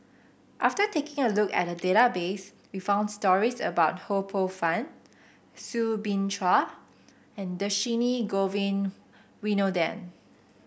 after taking a look at the database we found stories about Ho Poh Fun Soo Bin Chua and Dhershini Govin Winodan